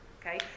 Okay